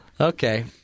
Okay